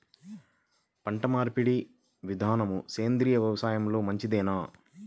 పంటమార్పిడి విధానము సేంద్రియ వ్యవసాయంలో మంచిదేనా?